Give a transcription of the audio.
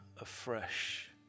afresh